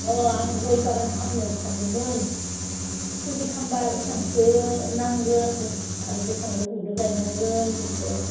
अह आं गय बागान खामनो सानदोंमोन फुलि खामबा बिसिबांसो नांगोन आरो बेसेबां गोबावदो गायनांगोन इखो